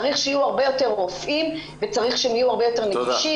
צריך שיהיו הרבה יותר רופאים וצריך שהם יהיו הרבה יותר נגישים,